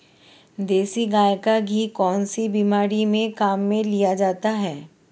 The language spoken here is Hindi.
देसी गाय का घी कौनसी बीमारी में काम में लिया जाता है?